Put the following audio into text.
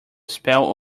spell